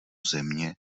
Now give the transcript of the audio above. země